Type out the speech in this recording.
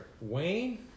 Wayne